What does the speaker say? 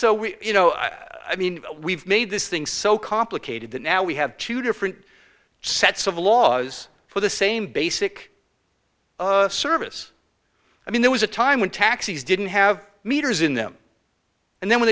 so we you know i mean we've made this thing so complicated that now we have two different sets of laws for the same basic service i mean there was a time when taxis didn't have meters in them and then when